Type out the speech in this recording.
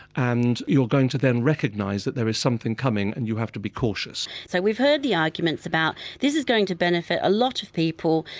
and you're going to then recognise that there is something coming and you have to be cautious so, we've heard the arguments about this is going to benefit a lot of people,